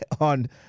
on